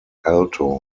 alto